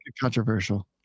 controversial